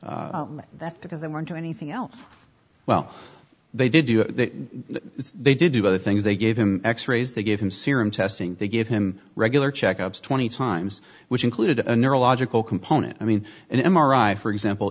that because they weren't anything else well they did do it they did do other things they gave him x rays they gave him serum testing they gave him regular checkups twenty times which included a neurological component i mean an m r i for example